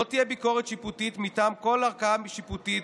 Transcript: לא תהיה ביקורת שיפוטית מטעם כל ערכאה שיפוטית,